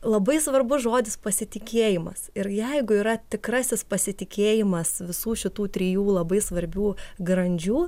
labai svarbus žodis pasitikėjimas ir jeigu yra tikrasis pasitikėjimas visų šitų trijų labai svarbių grandžių